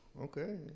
okay